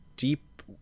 deep